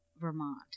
Vermont